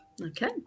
Okay